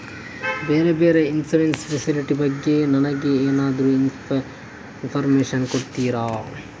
ಬೇರೆ ಬೇರೆ insurance facility ಬಗ್ಗೆ ನನಗೆ ಎಂತಾದ್ರೂ ಇನ್ಫೋರ್ಮೇಷನ್ ಕೊಡ್ತೀರಾ?